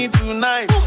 tonight